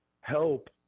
help